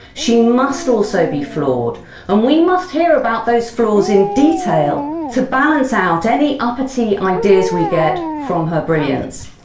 she must also be flawed and we must hear about those flaws in detail to balance out any uppity ideas we get from her brilliance.